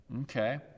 Okay